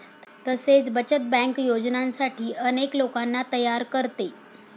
तसेच बचत बँक योजनांसाठी अनेक लोकांना तयार करते